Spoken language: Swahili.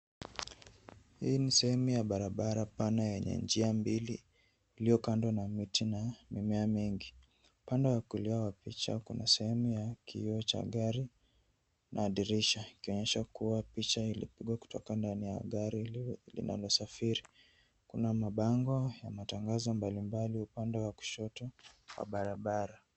Hii ni sehemu ya barabara pana yenye njia mbili iliyo kando na miti na mimea mengi. Upande wa kulia wa picha kuna sehemu ya kioo cha gari na dirisha ikionyesha kuwa picha ilipigwa kutoka ndani ya gari linalosafiri. Kuna mabango ya matangazo mbalimbali upande wa kushoto wa barabara.